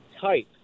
type